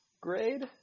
grade